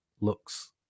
looks